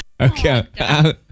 Okay